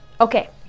okay